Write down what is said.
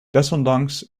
desondanks